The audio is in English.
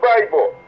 Bible